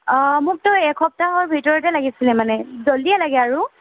অঁ মোকতো এসপ্তাহৰ ভিতৰতে লাগিছিল মানে জল্ডিয়েই লাগে আৰু